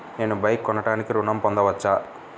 నేను బైక్ కొనటానికి ఋణం పొందవచ్చా?